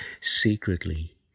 secretly